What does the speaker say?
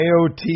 AOT